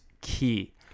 key